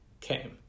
came